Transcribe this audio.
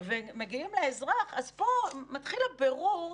ומגיעים לאזרח אז פה מתחיל הבירור,